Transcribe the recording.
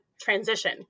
transition